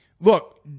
Look